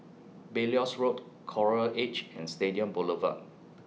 Belilios Road Coral Edge and Stadium Boulevard